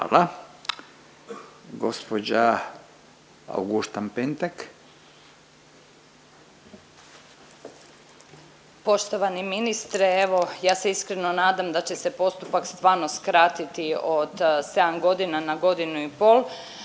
Jasenka (SDP)** Poštovani ministre evo ja se iskreno nadam da će se postupak stvarno skratiti od 7 godina na godinu i pol,